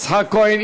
יצחק כהן.